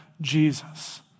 Jesus